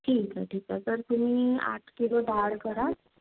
ठीक आहे ठीक आहे तर तुम्ही आठ किलो डाळ करा